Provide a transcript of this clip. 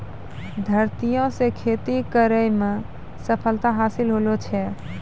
धरतीये से खेती करै मे सफलता हासिल होलो छै